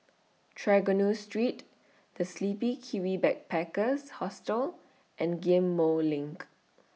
Trengganu Street The Sleepy Kiwi Backpackers Hostel and Ghim Moh LINK